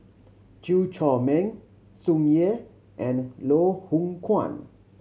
Chew Chor Meng Tsung Yeh and Loh Hoong Kwan